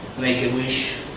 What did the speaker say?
make a wish,